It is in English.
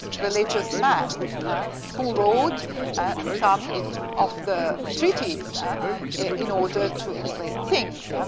religious men who wrote some of the treaties in order to explain things.